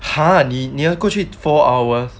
!huh! 你要过去 four hours